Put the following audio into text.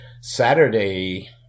Saturday